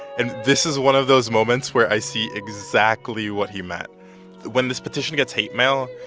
and this is one of those moments where i see exactly what he meant when this petition gets hate mail,